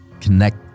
connect